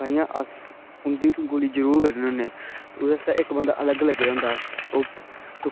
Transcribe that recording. ताहियें अस ओह्दी गुली जरूर कड्ढने होने ओह्दे आस्तै इक्क बंदा अलग लग्गे दा होंदा ओह्